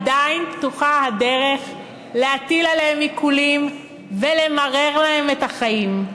עדיין פתוחה הדרך להטיל עליהם עיקולים ולמרר להם את החיים.